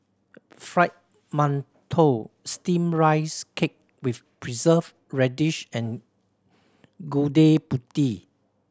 Fried Mantou Steamed Rice Cake with Preserved Radish and Gudeg Putih